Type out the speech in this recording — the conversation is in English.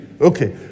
Okay